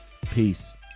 Peace